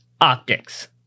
optics